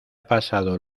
pasado